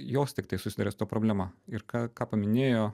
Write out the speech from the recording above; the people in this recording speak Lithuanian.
jos tiktai susiduria su ta problema ir ką ką paminėjo